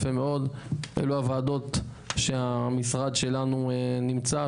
אלו הוועדות שהמשרד שלנו נמצא,